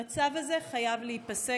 המצב הזה חייב להיפסק.